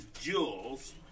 jewels